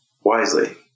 wisely